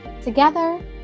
together